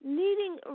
needing